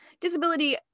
disability